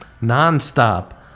nonstop